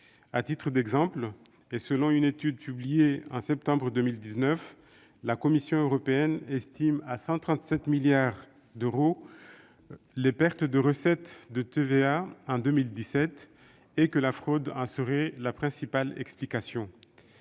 À titre d'exemple, selon une étude publiée en septembre 2019, la Commission européenne estime à 137 milliards d'euros les pertes de recettes de TVA en 2017. La fraude en serait la principale explication.